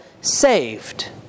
saved